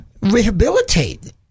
rehabilitate